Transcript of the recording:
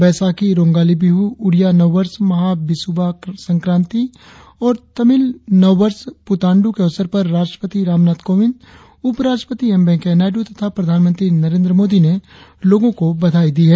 बैसाखी रोगांली बिहु उड़िया नव वर्ष महा विशुबा संक्रांति और तमिल नव वर्ष प्रतांडु के अवसर पर राष्ट्रपति रामनाथ कोविंद उपराष्ट्रपति एम वेंकैया नायडू और प्रधानमंत्री नरेंद्र मोदी ने लोगों को बधाई दी है